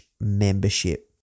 membership